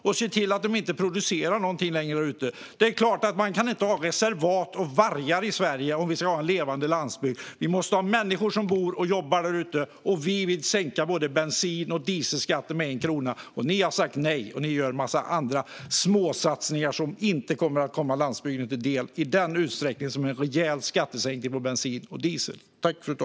Ni ser till att man inte producerar någonting längre där ute. Det är klart att vi inte kan ha reservat och vargar i Sverige om vi ska ha en levande landsbygd. Vi måste ha människor som bor och jobbar där ute. Vi moderater vill sänka både bensin och dieselskatten med 1 krona. Ni har sagt nej till det, och ni gör en massa småsatsningar som inte kommer att komma landsbygden till del i den utsträckning som en rejäl skattesänkning på bensin och diesel skulle göra.